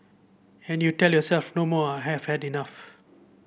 and you tell yourself no more I have had enough